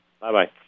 Bye-bye